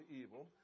evil